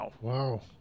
Wow